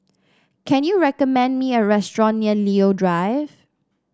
can you recommend me a restaurant near Leo Drive